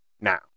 Now